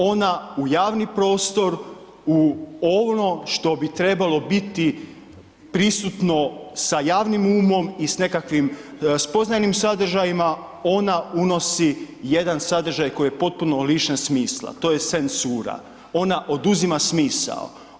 Ona u javni prostoru, u ono što bi trebalo biti prisutno sa javnim umom i s nekakvim spoznajnim sadržajima, ona unosi jedan sadržaj koji je potpuno lišen smisla, to je senssura, ona oduzima smisao.